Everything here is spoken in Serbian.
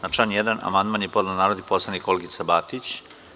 Na član 1. amandman je podnela narodni poslanik Olgica Batić.